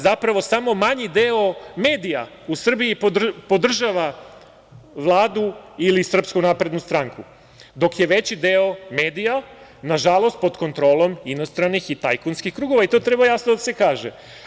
Zapravo, samo manji deo medija u Srbiji podržava Vladu ili Srpsku naprednu stranku, dok je veći deo medija, nažalost pod kontrolom inostranih i tajkunskih krugova, to treba jasno da se kaže.